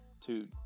two